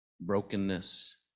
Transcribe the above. brokenness